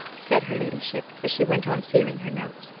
said her ladyship, as she went on sealing her notes,